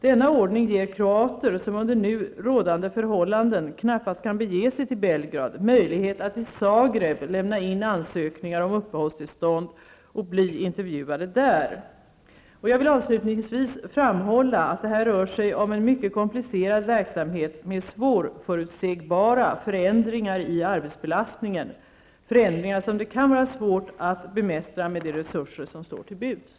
Denna ordning ger kroater, som under nu rådande förhållanden knappast kan bege sig till Belgrad, möjlighet att i Zagreb lämna in ansökningar om uppehållstillstånd och bli intervjuade där. Jag vill avslutningsvis framhålla att det här rör sig om en mycket komplicerad verksamhet med svårförutsägbara förändringar i arbetsbelastningen, förändringar som det kan vara svårt att bemästra med de resurser som står till buds.